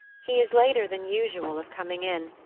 he is later than usual of coming in,